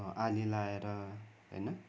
आली लाएर होइन